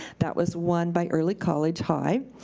that was won by early college high.